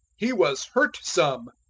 he was hurt some.